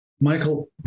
Michael